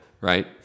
right